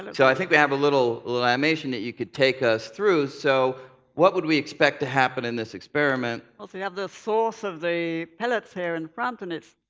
and so i think we have a little little animation that you could take us through. so what would we expect to happen in this experiment? well so you have the source of the pellets here in front and of